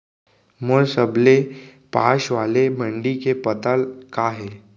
मोर सबले पास वाले मण्डी के पता का हे?